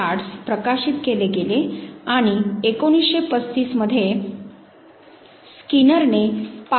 Stroop task effect किंवा Stroop effect 1935 मध्ये प्रथमच नोंदविला गेला आणि त्याच वर्षी थीमॅटिक अपरसेप्शन टेस्ट देखील विकसित केली गेली